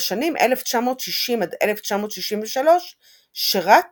ובשנים 1960 עד 1963 שירת